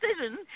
decision